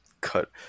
Cut